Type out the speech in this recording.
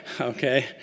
Okay